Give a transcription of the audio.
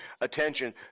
attention